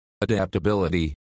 Adaptability